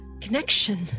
Connection